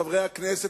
חברי הכנסת,